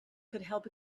could